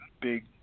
big